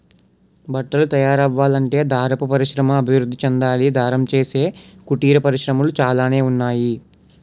బట్టలు తయారవ్వాలంటే దారపు పరిశ్రమ అభివృద్ధి చెందాలి దారం చేసే కుటీర పరిశ్రమలు చాలానే ఉన్నాయి